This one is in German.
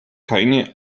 keine